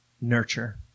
Nurture